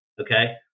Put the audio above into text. Okay